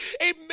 Amen